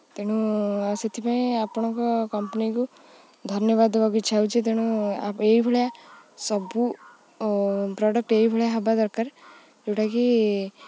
ତେଣୁ ଆଉ ସେଥିପାଇଁ ଆପଣଙ୍କ କମ୍ପାନୀକୁ ଧନ୍ୟବାଦ ଦେବାକୁ ଇଚ୍ଛା ହେଉଛି ତେଣୁ ଏହି ଭଳିଆ ସବୁ ପ୍ରଡ଼କ୍ଟ୍ ଏହି ଭଳିଆ ହେବା ଦରକାର ଯେଉଁଟାକି